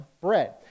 bread